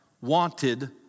wanted